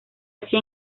así